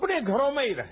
अपने घरों में ही रहें